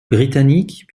britanniques